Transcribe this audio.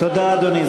תודה, אדוני.